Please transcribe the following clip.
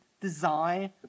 design